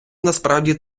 насправді